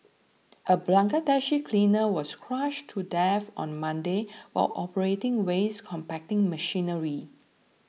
a Bangladeshi cleaner was crushed to death on Monday while operating waste compacting machinery